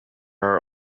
are